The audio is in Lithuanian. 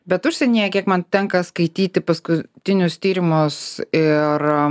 bet užsienyje kiek man tenka skaityti paskutinius tyrimus ir